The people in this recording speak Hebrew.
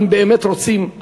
אם באמת רוצים,